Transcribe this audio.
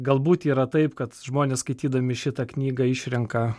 galbūt yra taip kad žmonės skaitydami šitą knygą išrenka